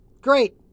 Great